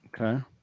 Okay